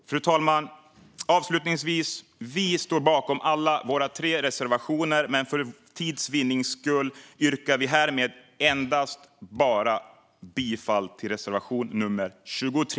Fru talman! Vi står bakom alla våra tre reservationer, men för tids vinnande yrkar vi härmed bifall endast till reservation 23.